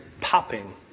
popping